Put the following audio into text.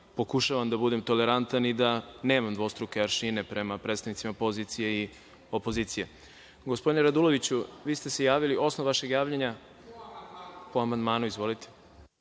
pokušavam da budem tolerantan i da nemam dvostruke aršine prema predstavnicima pozicije i opozicije. Gospodine Raduloviću, vi ste se javili. Osnov vašeg javljanja?(Saša Radulović,